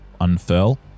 unfurl